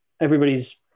Everybody's